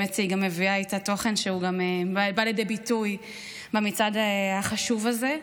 והאמת שהיא גם מביאה איתה תוכן שגם בא לידי ביטוי במצעד החשוב הזה,